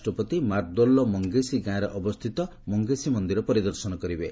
ରାଷ୍ଟ୍ରପତି ମାର୍ଦୋଲର ମଂଗେସି ଗାଁରେ ଅବସ୍ଥିତ ମଂଗେସ୍ ମନ୍ଦିର ପରିଦର୍ଶନ କରିବେ